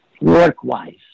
work-wise